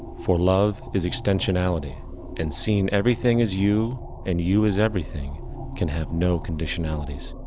for love is extensionality and seeing everything as you and you as everything can have no conditionalities,